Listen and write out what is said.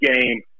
game